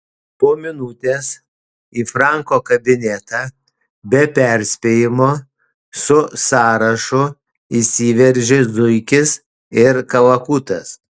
po minutės į franko kabinetą be perspėjimo su sąrašu įsiveržė zuikis ir kalakutas